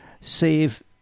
save